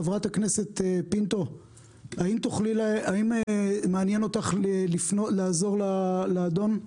חברת הכנסת פינטו, האם מעניין אותך לעזור לאדון?